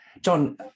John